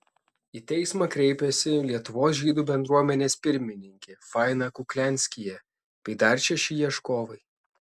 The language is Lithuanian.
į teismą kreipėsi lietuvos žydų bendruomenės pirmininkė faina kuklianskyje bei dar šeši ieškovai